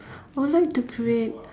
I would like to create